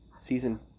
Season